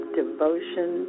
devotion